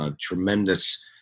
tremendous